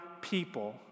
people